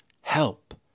help